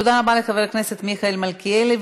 תודה רבה לחבר הכנסת מיכאל מלכיאלי.